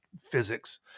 physics